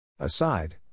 Aside